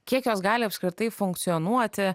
kiek jos gali apskritai funkcionuoti